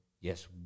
yes